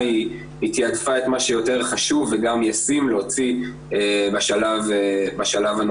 היא תיעדפה את מה שיותר חשוב וגם ישים להוציא בשלב הנוכחי.